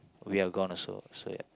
we are gone also so ya